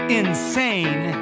insane